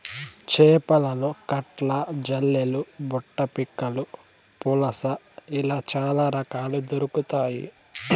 చేపలలో కట్ల, జల్లలు, బుడ్డపక్కిలు, పులస ఇలా చాల రకాలు దొరకుతాయి